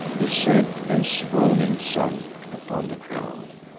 he said, and, swooning, sunk upon the ground.